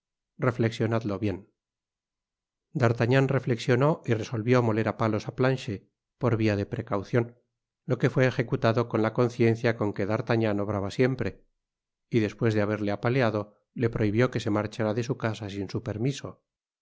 reflexionadlo bien d'arlagnan reflexionó y resolvió moler á palos á planchet por via de precaucion lo que fué ejecutado con la conciencia con que d'artagnan obraba siempre y despues de haberle apaleado le prohibió que se marchara de su casa sin su permiso